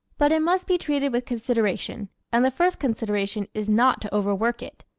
but it must be treated with consideration and the first consideration is not to overwork it.